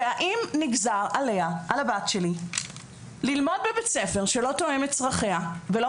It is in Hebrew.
האם נגזר על הבת שלי ללמוד בבית ספר שלא תואם את צרכיה ולא